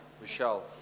Michelle